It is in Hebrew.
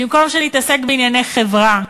במקום שנתעסק בענייני חברה,